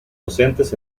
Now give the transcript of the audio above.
docentes